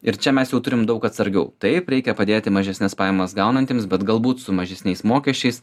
ir čia mes jau turim daug atsargiau taip reikia padėti mažesnes pajamas gaunantiems bet galbūt su mažesniais mokesčiais